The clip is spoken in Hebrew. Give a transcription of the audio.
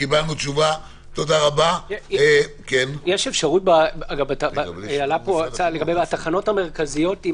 עלתה פה הצעה לגבי התחנות המרכזיות,